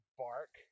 bark